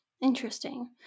Interesting